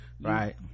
right